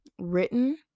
written